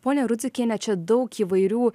ponia rudzikiene čia daug įvairių